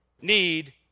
need